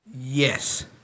Yes